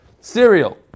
Cereal